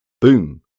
boom